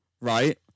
right